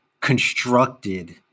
constructed